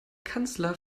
kanzler